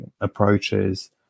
approaches